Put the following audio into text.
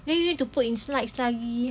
then you need to put in slides lah gitu